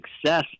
success